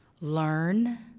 Learn